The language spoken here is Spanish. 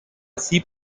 así